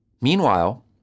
Meanwhile